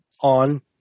on